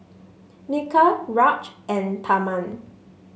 Milkha Raj and Tharman